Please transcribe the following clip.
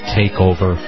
takeover